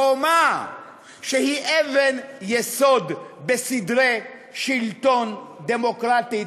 חומה שהיא אבן יסוד בסדרי שלטון דמוקרטיים,